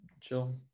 chill